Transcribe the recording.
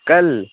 کل